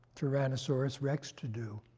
tyrannosaurus rex to do.